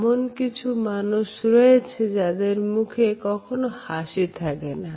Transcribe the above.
এমন কিছু মানুষ রয়েছে যাদের মুখে কখনো হাসি থাকে না